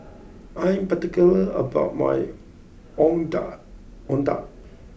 I am particular about my Ondeh Ondeh